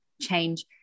change